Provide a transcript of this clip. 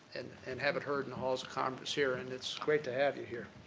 and and have it heard in the halls of congress here. and, it's great to have you here.